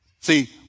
See